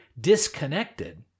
disconnected